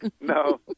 no